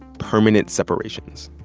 permanent separations.